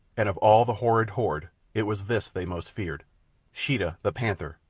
and of all the horrid horde it was this they most feared sheeta, the panther,